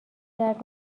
درد